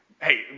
Hey